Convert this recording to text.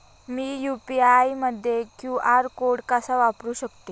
मी UPI मध्ये QR code कसा वापरु शकते?